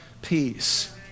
peace